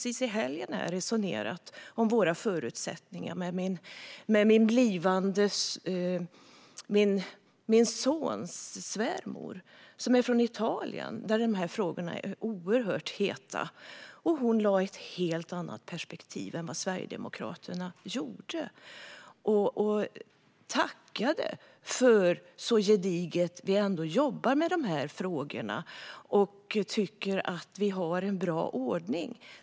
I helgen resonerade jag om våra förutsättningar med min sons svärmor. Hon är från Italien, och där är dessa frågor mycket heta. Hon hade ett helt annat perspektiv än Sverigedemokraterna. Hon uppskattade hur gediget vi jobbar med dessa frågor och tyckte att vi har en bra ordning.